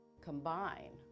combine